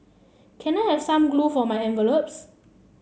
can I have some glue for my envelopes